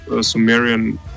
Sumerian